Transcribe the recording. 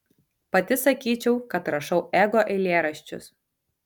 pati sakyčiau kad rašau ego eilėraščius